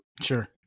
Sure